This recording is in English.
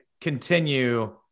continue